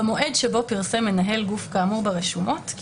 במועד שבו השלים פרסם מנהל גוף כאמור ברשומות כי